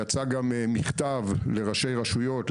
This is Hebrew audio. יצא מכתב לראשי רשויות,